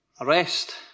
arrest